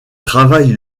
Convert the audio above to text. travaille